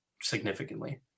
significantly